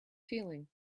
feeling